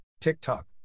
TikTok